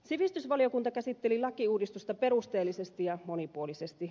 sivistysvaliokunta käsitteli lakiuudistusta perusteellisesti ja monipuolisesti